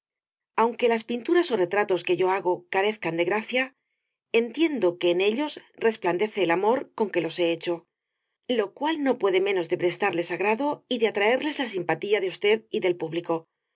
aunque las pinturas ó retratos que yo hago carezcan de gracia entiendo que en ellos res plandece el amor con que los he hecho lo cual no puede menos de prestarles agrado y de atraerles la sim patía de usted y del público